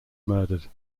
murdered